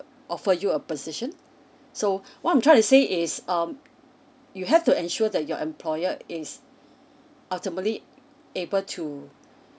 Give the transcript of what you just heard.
offer you a position so what I'm trying to say is um you have to ensure that your employer is ultimately able to